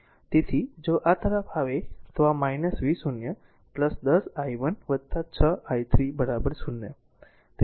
તેથી જો આ તરફ આવે તો આ v0 10 i1 6 i3 0